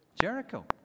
Jericho